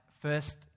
first